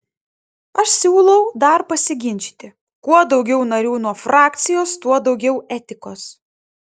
aš siūlau dar pasiginčyti kuo daugiau narių nuo frakcijos tuo daugiau etikos